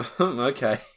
Okay